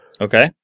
Okay